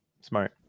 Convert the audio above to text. smart